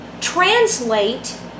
translate